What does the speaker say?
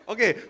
Okay